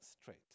straight